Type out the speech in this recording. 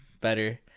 Better